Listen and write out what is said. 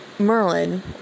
Merlin